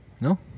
No